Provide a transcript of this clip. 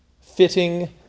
fitting